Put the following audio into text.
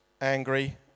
angry